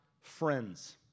friends